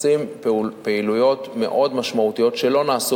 עושים פעילויות מאוד משמעותיות שלא נעשו